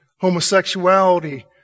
homosexuality